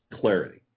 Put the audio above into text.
clarity